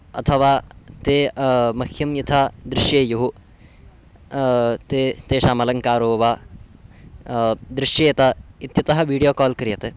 अथवा ते मह्यं यथा दृश्येयुः ते तेषाम् अलङ्कारो वा दृश्येत इत्यतः वीडियो काल् क्रियते